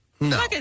No